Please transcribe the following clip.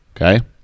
Okay